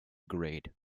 grade